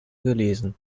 gelesen